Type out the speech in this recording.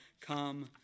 come